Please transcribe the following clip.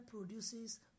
produces